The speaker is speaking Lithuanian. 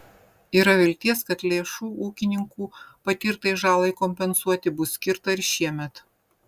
yra vilties kad lėšų ūkininkų patirtai žalai kompensuoti bus skirta ir šiemet